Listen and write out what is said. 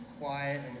quiet